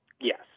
Yes